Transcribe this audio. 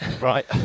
Right